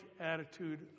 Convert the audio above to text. attitude